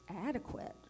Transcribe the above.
adequate